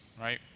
Right